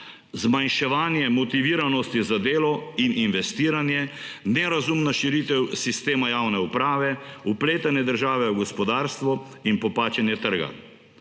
zmanjševanje motiviranosti za delo in investiranje, nerazumna širitev sistema javne uprave, vpletanje države v gospodarstvo in popačenje trga.